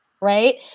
right